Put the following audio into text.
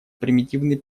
примитивный